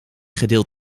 gedeeld